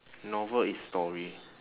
novel is story